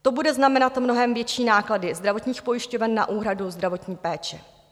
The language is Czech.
To bude znamenat mnohem větší náklady zdravotních pojišťoven na úhradu zdravotní péče.